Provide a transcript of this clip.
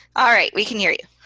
alright. we can hear you.